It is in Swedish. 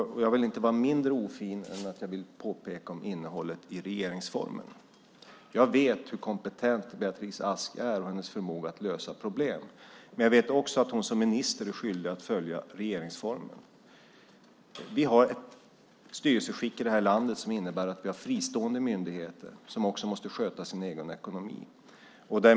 Jag vill inte vara mindre ofin än att peka på innehållet i regeringsformen. Jag vet hur kompetent Beatrice Ask är och vilken förmåga hon har att lösa problem, men jag vet också att hon som minister är skyldig att följa regeringsformen. Vi har här i landet ett styrelseskick som innebär att vi har fristående myndigheter som också måste sköta sin egen ekonomi.